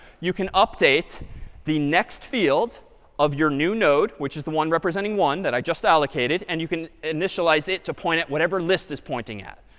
you can update the next field of your new node, which is the one representing one that i just allocated, and you can initialize it to point at whatever list is pointing at.